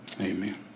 amen